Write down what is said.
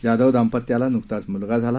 जाधव दांपत्याला नुकताच मुलगा झाला